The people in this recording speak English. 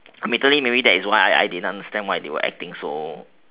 immediately maybe that is why I didn't understand why they were acting so